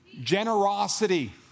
Generosity